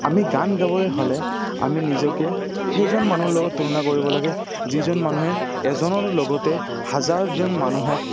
আমি গান গাবলে হ'লে আমি নিজকে সেইজন মানুহ লগত তুলনা কৰিব লাগে যিজন মানুহে এজনৰ লগতে হাজাৰজন মানুহক